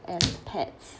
as pets